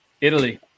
Italy